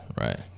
right